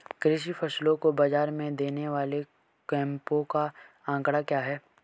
कृषि फसलों को बाज़ार में देने वाले कैंपों का आंकड़ा क्या है?